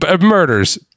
murders